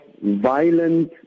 violent